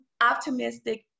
optimistic